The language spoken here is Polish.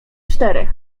czterech